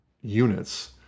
units